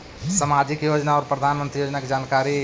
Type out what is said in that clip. समाजिक योजना और प्रधानमंत्री योजना की जानकारी?